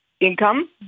Income